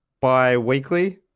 bi-weekly